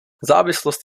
závislost